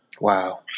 wow